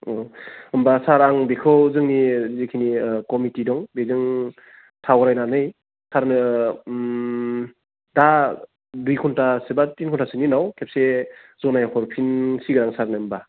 उम होमबा सार आं बिखौ जोंनि जेखिनि ओह कमिटि दं बेजों सावरायनानै सारनो उम दा दुइ घन्टासो बा थिन घन्टासोनि उनाव खेबसे जनायहरफिनसिगोन सारनो होनबा